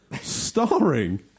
Starring